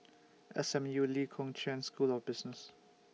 S M U Lee Kong Chian School of Business